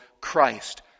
Christ